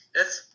Yes